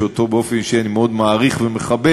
שאותו באופן אישי אני מאוד מעריך ומחבב,